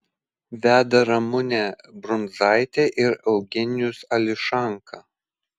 veda ramunė brundzaitė ir eugenijus ališanka